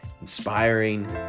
inspiring